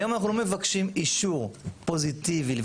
היום אנחנו לא מבקשים אישור פוזיטיבי לפני